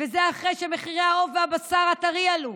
וזה אחרי שמחירי העוף והבשר הטרי עלו,